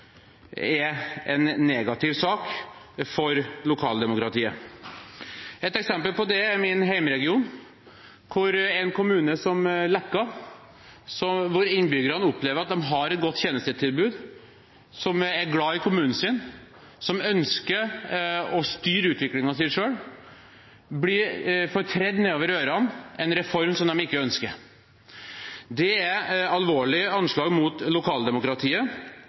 er en negativ sak for lokaldemokratiet. Et eksempel på det er fra min hjemregion, hvor en kommune som Leka, der innbyggerne opplever at de har et godt tjenestetilbud, som er glad i kommunen sin, som ønsker å styre utviklingen sin selv, får tredd ned over ørene en reform som de ikke ønsker. Det er alvorlige anslag mot lokaldemokratiet,